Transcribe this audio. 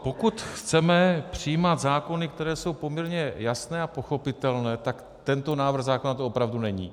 Pokud chceme přijímat zákony, které jsou poměrně jasné a pochopitelné, tak tento návrh zákona to opravdu není.